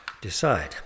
decide